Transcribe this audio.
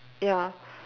ya